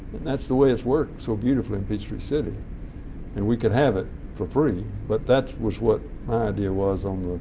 that's the way it's worked so beautifully in peachtree city and we could have it for free, but that's what my idea was on the